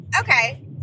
Okay